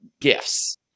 gifts